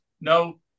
No